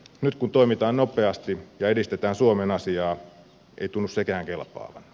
nyt kun toimitaan nopeasti ja edistetään suomen asiaa ei tunnu sekään kelpaavan